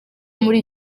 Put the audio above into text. muri